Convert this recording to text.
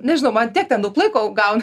nežinau man tiek ten daug laiko gauna